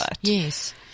yes